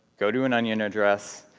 go to an onion address,